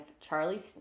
Charlie